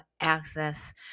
access